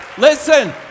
Listen